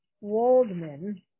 Waldman